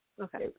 Okay